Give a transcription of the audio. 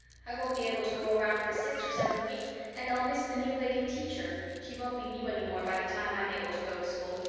i won't be able to go around for six or seven weeks and i'll miss the new lady teacher. she won't be new any more by the time i'm able to go to school.